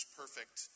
perfect